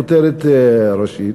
כותרת ראשית,